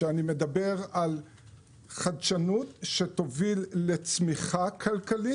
שאני מדבר על חדשנות שתוביל לצמיחה כלכלית,